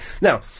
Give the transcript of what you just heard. Now